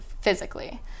physically